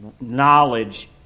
Knowledge